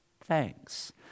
thanks